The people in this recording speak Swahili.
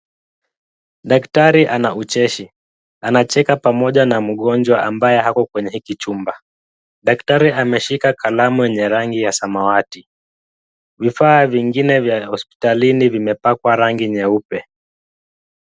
Daktari ana ucheshi. Anacheka pamoja na mgonjwa ambaye ako kwenye hiki chumba. Daktari ameshika kalamu yenye rangi ya samawati. Vifaa vingine vya hospitalini vimepakwa rangi nyeupe.